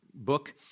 Book